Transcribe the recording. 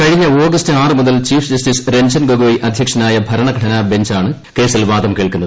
കഴിഞ്ഞ ഓഗസ്റ്റ് ആറ് മുതൽ ചീഫ് ജസ്റ്റിസ് രഞ്ജൻ ഗൊഗോയ് അധ്യക്ഷനായ ഭരണഘടനാ ബഞ്ചാണ് കേസിൽ വാദം കേൾക്കുന്നത്